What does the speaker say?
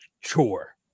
chore